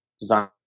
design